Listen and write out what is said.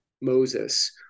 Moses